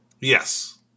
Yes